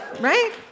Right